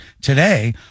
today